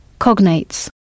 Cognates